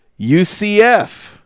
UCF